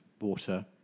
water